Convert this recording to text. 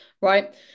right